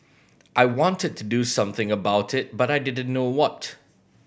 I wanted to do something about it but I didn't know what